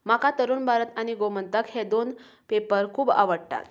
म्हाका तरूण भारत आनी गोमन्तक हे दोन पेपर खूब आवडटात